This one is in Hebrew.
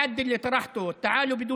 (אומר בערבית: תירגעו, תבואו בלי